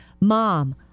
Mom